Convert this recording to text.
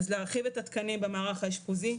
להרחיב את התקנים במערך האשפוזי,